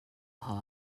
harm